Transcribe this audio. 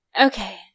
Okay